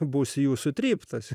būsiu jų sutryptas